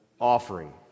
offering